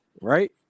Right